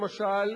למשל,